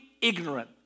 ignorant